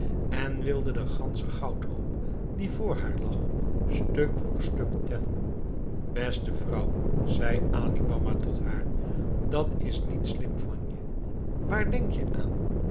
en wilde den ganschen goudhoop die voor haar lag stuk voor stuk tellen beste vrouw zei ali baba tot haar dat is niet slim van je waar denk je aan